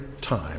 time